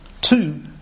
Two